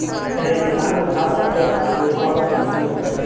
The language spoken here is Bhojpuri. रेगिस्तान मे घास काटे खातिर अलग मशीन होखेला